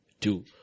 Two